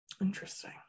Interesting